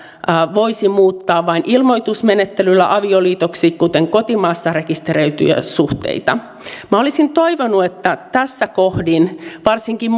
voisi muuttaa vain ilmoitusmenettelyllä avioliitoksi kuten kotimaassa rekisteröityjä suhteita minä olisin toivonut että tässä kohdin varsinkin